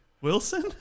Wilson